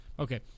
Okay